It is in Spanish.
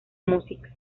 música